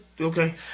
Okay